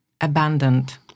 abandoned